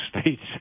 states